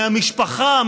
מהמשפחה,